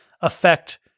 affect